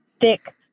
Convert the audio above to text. thick